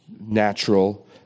natural